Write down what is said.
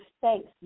thanks